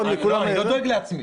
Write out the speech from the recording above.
אני לא דואג לעצמי.